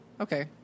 Okay